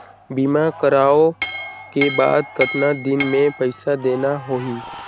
बीमा करवाओ के बाद कतना दिन मे पइसा देना हो ही?